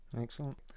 Excellent